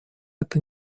это